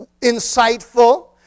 insightful